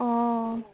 অঁ